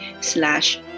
slash